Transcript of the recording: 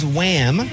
Wham